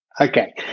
Okay